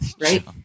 right